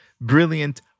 brilliant